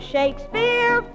Shakespeare